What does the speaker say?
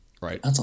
Right